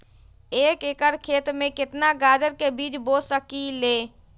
एक एकर खेत में केतना गाजर के बीज बो सकीं ले?